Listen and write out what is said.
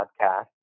podcast